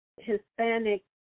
Hispanic